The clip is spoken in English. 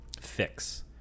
fix